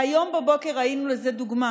והיום בבוקר ראינו לזה דוגמה